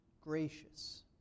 gracious